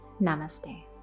Namaste